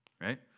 right